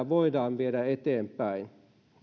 voidaan viedä eteenpäin